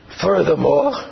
Furthermore